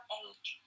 age